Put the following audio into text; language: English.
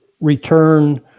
return